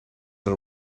are